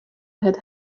had